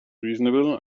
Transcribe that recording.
reasonable